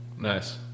nice